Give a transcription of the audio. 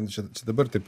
čia čia dabar taip